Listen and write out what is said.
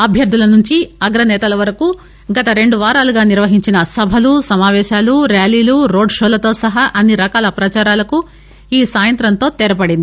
అభ్యర్థుల నుంచి అగ్రసేతల వరకు గత రెండువారాలుగా నిర్వహించిన సభలు సమాపేశాలు ర్యాలీలు రోడ్ షోలతో సహా అన్ని రకాల ప్రచారాలకు ఈ సాయంత్రంతో తెరపడింది